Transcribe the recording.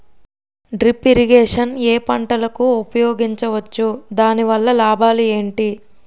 Drip irrigation ఏ పంటలకు ఉపయోగించవచ్చు? దాని వల్ల లాభాలు ఏంటి?